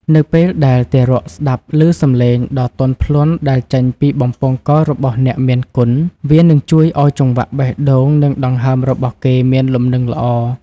នៅពេលដែលទារកស្ដាប់ឮសំឡេងដ៏ទន់ភ្លន់ដែលចេញពីបំពង់ករបស់អ្នកមានគុណ វានឹងជួយឱ្យចង្វាក់បេះដូង និងដង្ហើមរបស់គេមានលំនឹងល្អ។